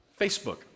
Facebook